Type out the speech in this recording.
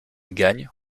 gagne